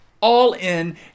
all-in